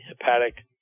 hepatic